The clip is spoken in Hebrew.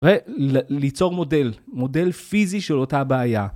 וליצור מודל, מודל פיזי של אותה בעיה.